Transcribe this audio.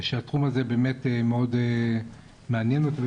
ושהתחום הזה באמת מאוד מעניין אותי,